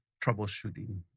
troubleshooting